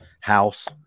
house